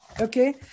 okay